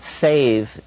save